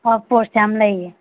ꯑꯧ ꯄꯣꯔꯁ ꯌꯥꯝ ꯂꯩꯌꯦ